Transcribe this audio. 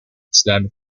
islamic